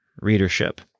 readership